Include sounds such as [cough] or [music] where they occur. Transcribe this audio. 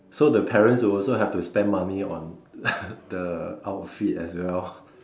so the parent will also have to spend money on [laughs] the outfit as well